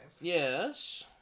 Yes